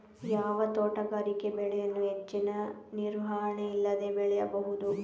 ಯಾವ ತೋಟಗಾರಿಕೆ ಬೆಳೆಯನ್ನು ಹೆಚ್ಚಿನ ನಿರ್ವಹಣೆ ಇಲ್ಲದೆ ಬೆಳೆಯಬಹುದು?